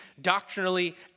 doctrinally